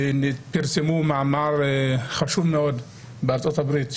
פרסמו מאמר חשוב מאוד בארצות-הברית,